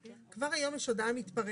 כבר היום יש הודעה מתפרצת.